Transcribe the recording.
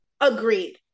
Agreed